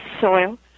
soil